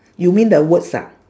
you mean the words ah